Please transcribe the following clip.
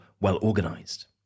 well-organized